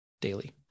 daily